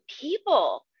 people